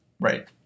Right